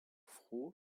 froh